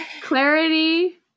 clarity